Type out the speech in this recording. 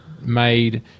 made